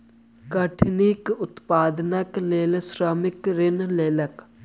कठिनी के उत्पादनक लेल श्रमिक ऋण लेलक